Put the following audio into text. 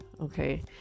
okay